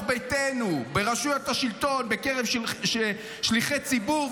ביתנו --- ברשויות שלטוניות ובקרב שליחי ציבור,